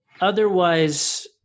Otherwise